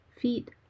feet